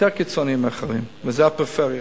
יותר קיצוני מאחרים, וזה הפריפריה.